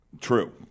True